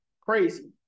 Crazy